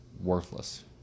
worthless